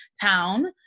town